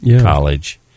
college